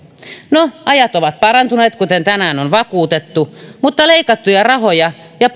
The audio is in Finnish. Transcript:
no ajat ovat parantuneet kuten tänään on vakuutettu mutta leikattuja rahoja ja